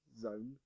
zone